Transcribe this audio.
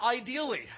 ideally